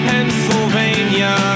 Pennsylvania